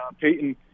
Peyton